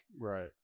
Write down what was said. Right